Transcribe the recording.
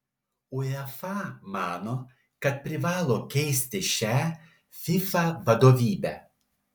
uefa mano kad privalo keisti šią fifa vadovybę